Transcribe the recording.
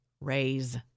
raise